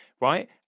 right